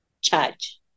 charge